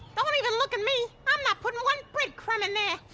don't even look at me, i'm not puttin' one bread crumb in there,